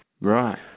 Right